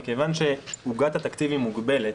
מכיוון שעוגת התקציב היא מוגבלת,